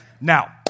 Now